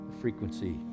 Frequency